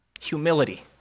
Humility